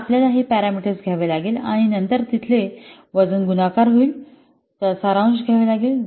तर आपल्याला हे पॅरामीटर घ्यावे लागेल आणि नंतर तिथले वजन गुणाकार होईल सारांश घ्यावे लागेल